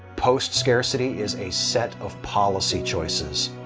post-scarcity is a set of policy choices.